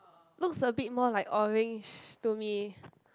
looks a bit more like orange to me